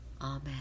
Amen